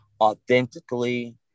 authentically